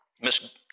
Miss